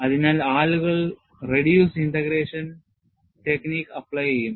അതിനാൽ ആളുകൾ reduced integration technique apply ചെയ്യും